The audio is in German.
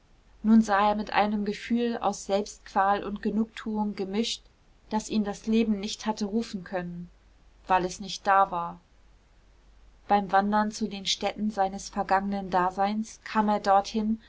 nun sah er mit einem gefühl aus selbstqual und genugtuung gemischt daß ihn das leben nicht hatte rufen können weil es nicht da war beim wandern zu den stätten seines vergangenen daseins kam er dorthin